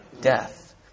death